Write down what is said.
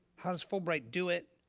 how does fulbright do it?